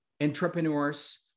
entrepreneurs